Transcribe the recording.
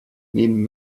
nehmen